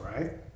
right